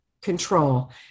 control